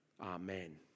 Amen